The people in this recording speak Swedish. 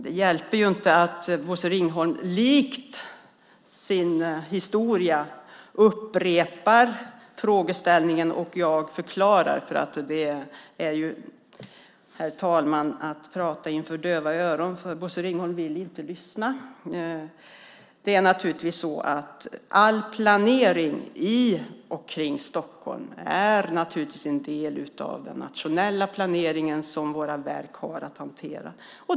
Det hjälper inte att Bosse Ringholm upprepar frågeställningen och jag förklarar. Det är att prata för döva öron. Bosse Ringholm vill inte lyssna. All planering i och omkring Stockholm är naturligtvis en del av den nationella planering som våra verk har att hantera.